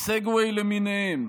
סגוויי לסוגיהם,